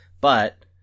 but-